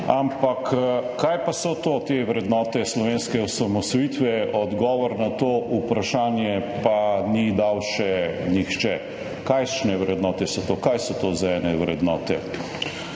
Ampak kaj pa so te vrednote slovenske osamosvojitve, odgovora na to vprašanje pa ni dal še nihče. Kakšne vrednote so to? Kaj so to za ene vrednote?